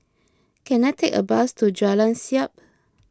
can I take a bus to Jalan Siap